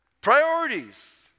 Priorities